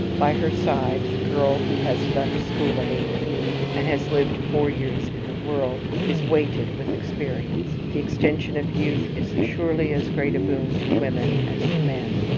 by her side, the girl who has left school at eighteen, and has lived four years in the world, is weighted with experience. the extension of youth is surely as great a boon to women as to men.